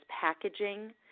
packaging